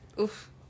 Oof